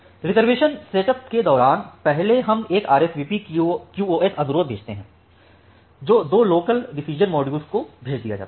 reservation setup के दौरान पहले हम एक RSVP QoS अनुरोध भेजते हैं जो दो लोकल डिसिजन मॉड्यूलों को भेज दिया जाता है